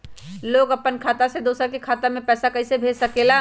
लोग अपन खाता से दोसर के खाता में पैसा कइसे भेज सकेला?